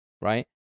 right